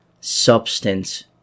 substance